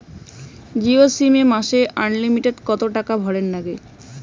Jio SIM এ মাসে unlimited কত টাকা ভরের নাগে?